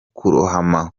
kurohama